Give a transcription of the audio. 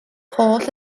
holl